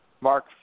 Mark